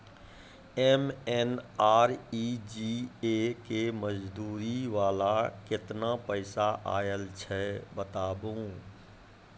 MNREGA के मज़दूरी वाला केतना पैसा आयल छै बताबू?